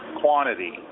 quantity